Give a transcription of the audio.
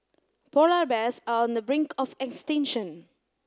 polar bears are on the brink of extinction